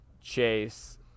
chase